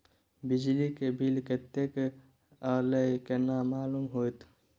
बिजली के बिल कतेक अयले केना मालूम होते?